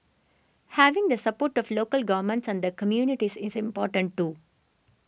having the support of local governments and the communities is important too